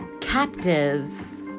captives